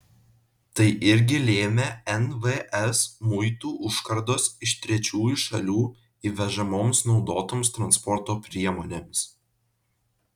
tai irgi lėmė nvs muitų užkardos iš trečiųjų šalių įvežamoms naudotoms transporto priemonėms